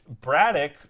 Braddock